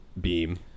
beam